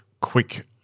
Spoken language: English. quick